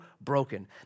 broken